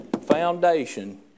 foundation